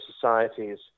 societies